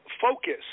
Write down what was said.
focus